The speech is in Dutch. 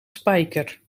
spyker